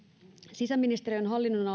sisäministeriön hallinnonalalle